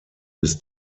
bis